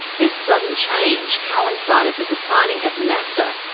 this sudden change coincided with the signing of nafta,